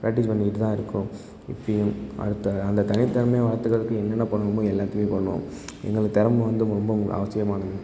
practice பண்ணிக்கிட்டு தான் இருக்கிறோம் இப்பிடியும் அது த அந்த தனித்திறமைய வளர்த்துக்குறதுக்கு என்னென்ன பண்ணணுமோ எல்லாத்தையுமே பண்ணுவோம் எங்களுக்கு திறம வந்து ரொம்ப அவசியமானது